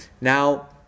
Now